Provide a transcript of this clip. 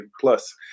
plus